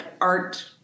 art